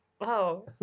Wow